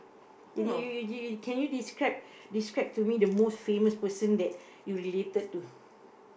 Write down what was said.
can you describe describe to me the most famous person that you related to